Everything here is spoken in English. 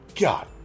God